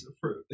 fruit